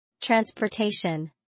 Transportation